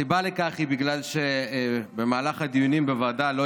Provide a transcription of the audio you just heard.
הסיבה לכך היא שבמהלך הדיונים בוועדה לא